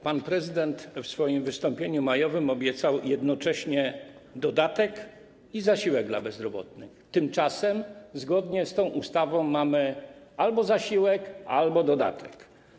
Pan prezydent w swoim majowym wystąpieniu obiecał jednocześnie dodatek i zasiłek dla bezrobotnych, tymczasem zgodnie z tą ustawą mamy albo zasiłek, albo dodatek.